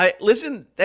listen